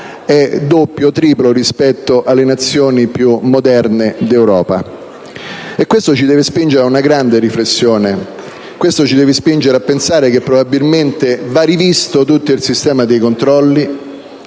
è doppio o triplo rispetto a quello delle Nazioni più moderne d'Europa. Questo ci deve spingere a una grande riflessione e a pensare che probabilmente va rivisto tutto il sistema dei controlli,